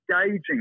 engaging